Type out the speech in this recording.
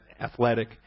athletic